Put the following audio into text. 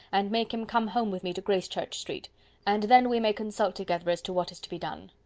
and make him come home with me to gracechurch street and then we may consult together as to what is to be done.